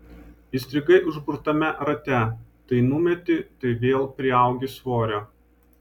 įstrigai užburtame rate tai numeti tai vėl priaugi svorio